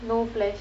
no flesh